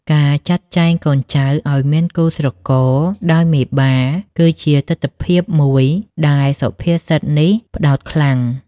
ការចាត់ចែងកូនចៅឱ្យមានគូស្រករដោយមេបា គឺជាទិដ្ឋភាពមួយដែលសុភាសិតនេះផ្តោតខ្លាំង។